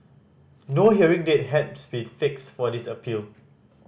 no hearing date has been fixed for this appeal